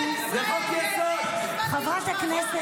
טלי גוטליב לנאור: תגיד, אתה נורמלי?